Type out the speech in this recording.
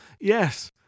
Yes